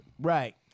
Right